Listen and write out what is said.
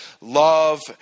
love